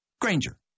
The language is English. Granger